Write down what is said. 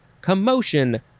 commotion